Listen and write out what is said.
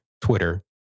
Twitter